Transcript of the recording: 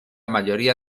mayoría